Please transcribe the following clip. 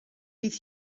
bydd